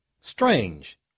Strange